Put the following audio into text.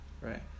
right